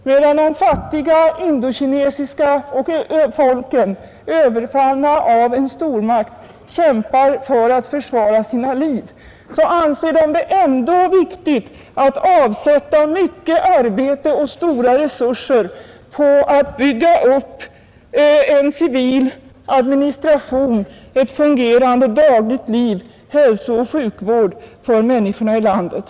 Medan de fattiga indokinesiska folken, överfallna av en stormakt, kämpar för att försvara sina liv, anser de det ändå viktigt att avsätta mycket arbete och stora resurser på att bygga upp en civil administration, ett fungerande dagligt liv, hälsooch sjukvård för människorna i landet.